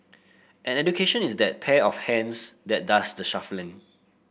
and education is that pair of hands that does the shuffling